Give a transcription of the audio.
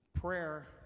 prayer